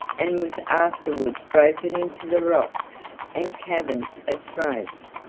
and was afterwards broken into the rocks and caverns of thrace.